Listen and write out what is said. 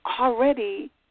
already